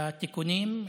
בתיקונים.